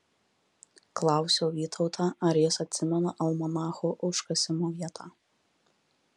klausiau vytautą ar jis atsimena almanacho užkasimo vietą